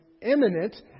imminent